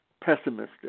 pessimistic